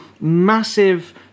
massive